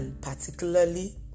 particularly